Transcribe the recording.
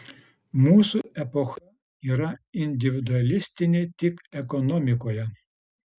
mūsų epocha yra individualistinė tik ekonomikoje